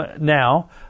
now